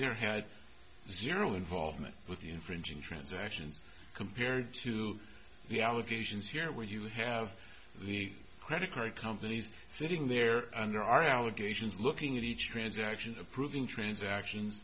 there had zero involvement with the infringing transactions compared to the allegations here where you have the credit card companies sitting there and there are allegations looking at each transaction approving transactions